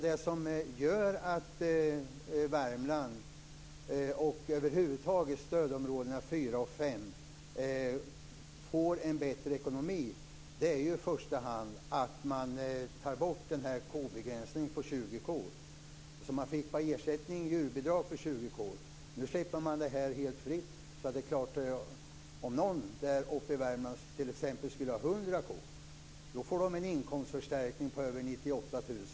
Det som gör att Värmland, och över huvud taget stödområdena 4 och 5, får en bättre ekonomi är i första hand att man tar bort den här begränsningen på 20 kor. Man fick alltså bara ersättning, djurbidrag, för 20 kor. Nu släpper man det här helt fritt. Så det är klart att om någon där uppe i Värmland t.ex. skulle ha 100 kor får de en inkomstförstärkning på över 98 000 kronor.